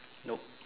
no